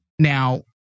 Now